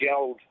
gelled